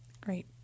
Great